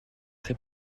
très